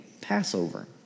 Passover